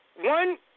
one